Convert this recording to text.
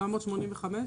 785?